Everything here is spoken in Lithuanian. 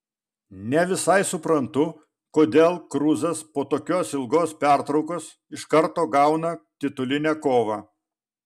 ne visai suprantu kodėl kruzas po tokios ilgos pertraukos iš karto gauna titulinę kovą